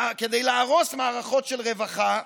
כדי להרוס מערכות של רווחה,